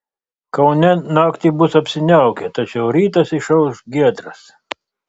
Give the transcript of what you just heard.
kaune naktį bus apsiniaukę tačiau rytas išauš giedras